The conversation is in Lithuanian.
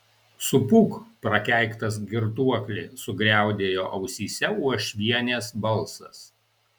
supūk prakeiktas girtuokli sugriaudėjo ausyse uošvienės balsas